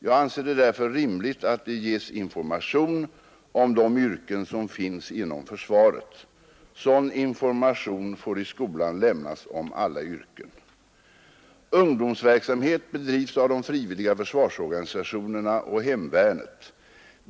Jag anser det därför rimligt att det ges information om de yrken som finns inom försvaret. Sådan information får i skolan lämnas om alla yrken. Ungdomsverksamhet bedrivs av de frivilliga försvarsorganisationerna och hemvärnet.